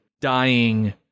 dying